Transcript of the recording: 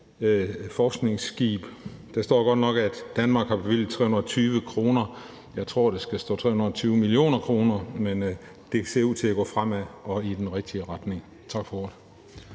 forskningsskib. Der står godt nok, at Danmark har bevilget 320 kr. Jeg tror, der skal stå 320 mio. kr., men det ser ud til at gå fremad og i den rigtige retning. Tak for ordet.